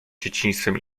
dzieciństwem